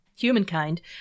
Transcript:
humankind